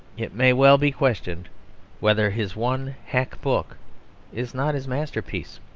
it may well be questioned whether his one hack book is not his masterpiece.